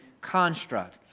construct